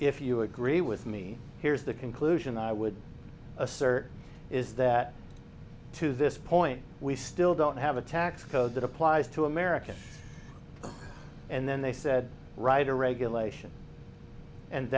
if you agree with me here's the conclusion i would assert is that to this point we still don't have a tax code that applies to american and then they said write a regulation and